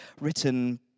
written